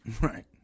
Right